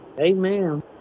Amen